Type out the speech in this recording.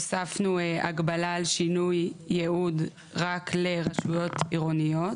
הוספנו הגבלה על שינוי ייעוד רק לרשויות עירוניות,